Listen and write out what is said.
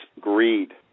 greed